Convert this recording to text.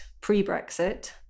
pre-Brexit